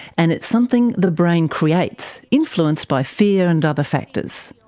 and it's something the brain creates, influenced by fear and other factors.